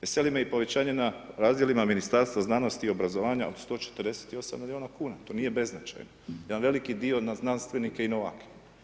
Veseli me i povećanje na razdjelima Ministarstva znanosti i obrazovanja od 148 miliona kuna, to nije beznačajno, jedan veliki dio na znanstvenike i novake.